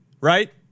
right